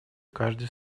каждой